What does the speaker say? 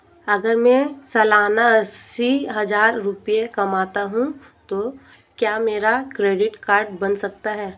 अगर मैं सालाना अस्सी हज़ार रुपये कमाता हूं तो क्या मेरा क्रेडिट कार्ड बन सकता है?